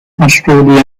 australia